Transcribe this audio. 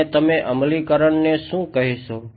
અને તમે અમલીકરણ ને શું કહેશો